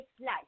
life